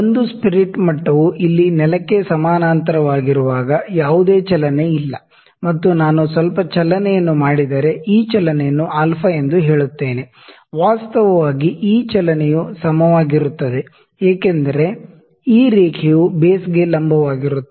ಒಂದು ಸ್ಪಿರಿಟ್ ಮಟ್ಟವು ಇಲ್ಲಿ ನೆಲಕ್ಕೆ ಪ್ಯಾರಲ್ಲಲ್ ಆಗಿರುವಾಗ ಯಾವುದೇ ಚಲನೆ ಇಲ್ಲ ಮತ್ತು ನಾನು ಸ್ವಲ್ಪ ಚಲನೆಯನ್ನು ಮಾಡಿದರೆ ಈ ಚಲನೆಯನ್ನು ಅಲ್ಫಾ α ಎಂದು ಹೇಳುತ್ತೇನೆ ವಾಸ್ತವವಾಗಿ ಈ ಚಲನೆಯು ಸಮವಾಗಿರುತ್ತದೆ ಏಕೆಂದರೆ ಈ ರೇಖೆಯು ಬೇಸ್ಗೆ ಪೆರ್ಪೆಂಡಿಕ್ಯುಲರ್ ಆಗಿರುತ್ತದೆ